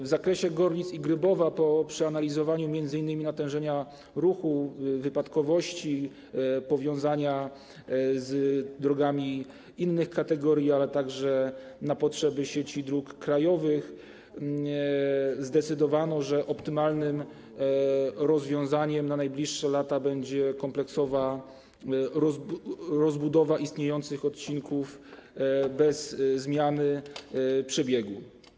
W zakresie Gorlic i Grybowa po przeanalizowaniu m.in. natężenia ruchu, wypadkowości, powiązania z drogami innych kategorii, ale także na potrzeby sieci dróg krajowych, zdecydowano, że optymalnym rozwiązaniem na najbliższe lata będzie kompleksowa rozbudowa istniejących odcinków bez zmiany przebiegu.